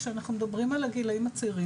כשאנחנו מדברים על הגילאים הצעירים,